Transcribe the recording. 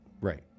Right